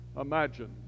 imagine